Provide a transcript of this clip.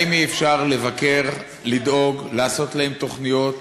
האם אי-אפשר לבקר, לדאוג, לעשות להם תוכניות,